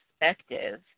perspective